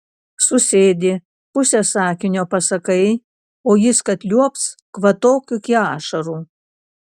susėdi pusę sakinio pasakai o jis kad liuobs kvatok iki ašarų